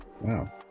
wow